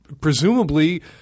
presumably